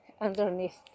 underneath